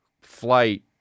flight